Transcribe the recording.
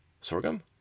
Sorghum